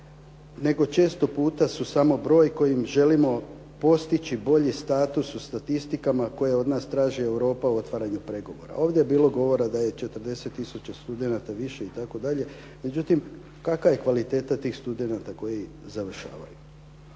nego često puta su samo broj kojim želimo postići bolji status u statistikama koje od nas traži Europa u otvaranju pregovora. Ovdje je bilo govora da je 40000 studenata više itd. Međutim, kakva je kvaliteta tih studenata koji završavaju.